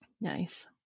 Nice